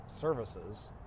services